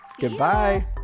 Goodbye